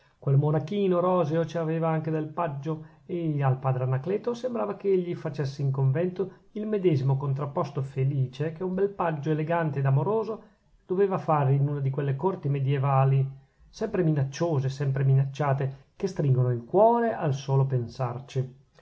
quel monachino roseo ci aveva anche del paggio e al padre anacleto sembrava che egli facesse in convento il medesimo contrapposto felice che un bel paggio elegante ed amoroso doveva fare in una di quelle corti medievali sempre minacciose e sempre minacciate che stringono il cuore al solo pensarci